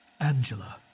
Angela